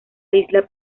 isla